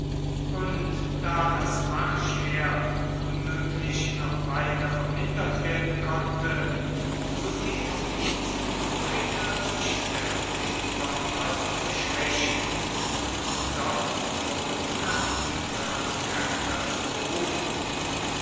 und da das marschheer unmöglich noch weiter vermindert werden konnte so blieb nichts übrig als die stellung im pontos zu schwächen und von dort truppen nach tigranokerta zu berufen